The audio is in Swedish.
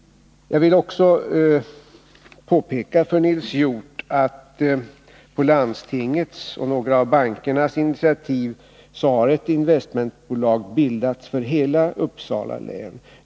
Jag vill också påpeka för Nils Hjorth att på landstingets och några av bankernas initiativ har ett investmentbolag bildats för hela Uppsala län.